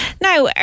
Now